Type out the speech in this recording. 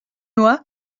loi